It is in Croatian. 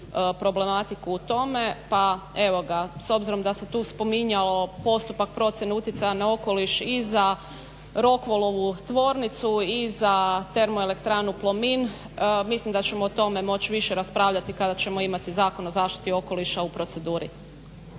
problematiku u tome, pa evo ga, s obzirom da se tu spominjalo postupak procjene utjecaja na okoliš i za Rokvolovu tvornicu i za termoelektranu Plomin mislim da ćemo o tome više raspravljati kada ćemo imati Zakon o zaštiti okoliša u proceduri.